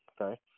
okay